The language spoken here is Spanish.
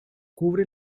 cubre